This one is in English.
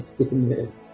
Amen